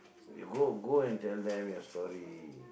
you go go and tell them your story